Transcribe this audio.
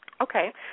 Okay